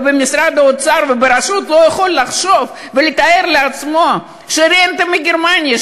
במשרד האוצר וברשות לא יכול לחשוב ולתאר לעצמו שרנטה מגרמניה,